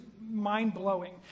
mind-blowing